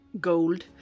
gold